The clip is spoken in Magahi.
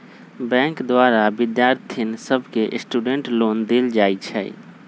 बैंक द्वारा विद्यार्थि सभके स्टूडेंट लोन देल जाइ छइ